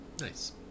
Nice